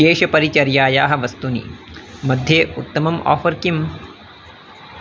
केशपरिचर्यायाः वस्तूनि मध्ये उत्तमम् आफ़र् किम्